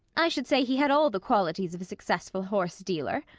i should say he had all the qualities of a successful horsedealer.